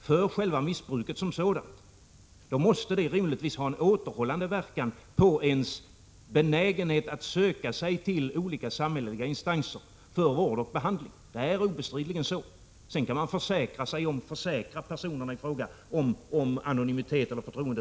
för missbruket som sådant. Detta måste rimligtvis ha en återhållande verkan på en människas benägenhet att söka sig till olika samhälleliga instanser för vård och behandling. Så förhåller det sig obestridligen. Sedan kan man hur mycket som helst försäkra personerna i fråga om anonymitet och förtroende.